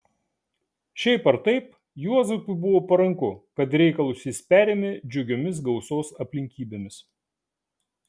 šiaip ar taip juozapui buvo paranku kad reikalus jis perėmė džiugiomis gausos aplinkybėmis